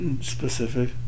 specific